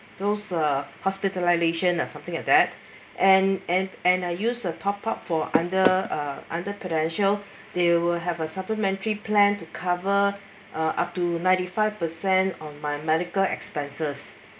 those are hospitalisation or something like that and and and I use the top up for under under prudential they will have a supplementary plan to cover uh up to ninety five percent on my medical expenses